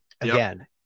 again